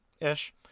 Ish